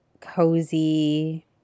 cozy